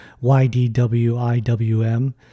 Y-D-W-I-W-M